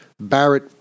Barrett